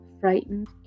frightened